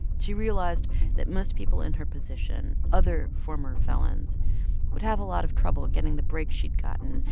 she realized that most people in her position other former felons would have a lot of trouble getting the break she'd gotten,